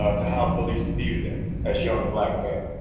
ah to how police view them as young black men.